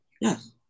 Yes